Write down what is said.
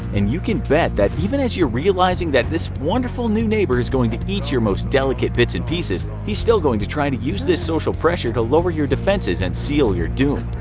and you can bet that even as you're realizing that this wonderful new neighbor is going to eat your most delicate bits and pieces, he's still going to try to use this social pressure to lower your defenses and seal your doom.